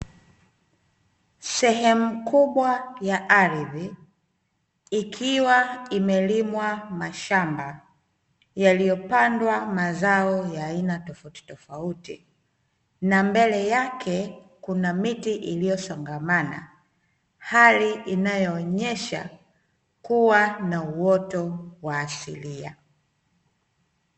Sehemu kubwa ya ardhi, ikiwa imelimwa mashamba yaliyopandwa mazao ya aina tofautitofauti, na mbele yake kuna miti iliyosongamana, hali inayoonesha kuwa na uoto wa asilia.